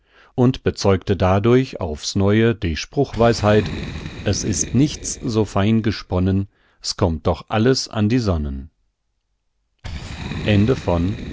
und bezeugte dadurch aufs neue die spruchweisheit es ist nichts so fein gesponnen s kommt doch alles an die sonnen